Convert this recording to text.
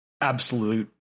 absolute